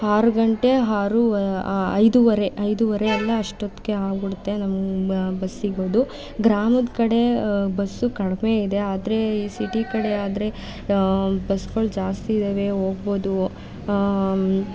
ಆರು ಗಂಟೆ ಹಾರುವ ಐದುವರೆ ಐದುವರೆ ಎಲ್ಲ ಅಷ್ಟೊತ್ತಿಗೆ ಆಗಿಬಿಡುತ್ತೆ ನಮ್ಮ ಬಸ್ ಸಿಗೋದು ಗ್ರಾಮದ ಕಡೆ ಬಸ್ಸು ಕಡಿಮೆಯಿದೆ ಆದರೆ ಈ ಸಿಟಿ ಕಡೆ ಆದರೆ ಬಸ್ಗಳು ಜಾಸ್ತಿಯಿದ್ದಾವೆ ಹೋಗ್ಬೋದು